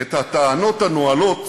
את הטענות הנואלות